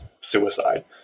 suicide